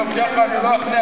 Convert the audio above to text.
אני מבטיח לך שאני לא אחנה,